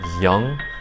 young